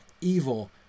Evil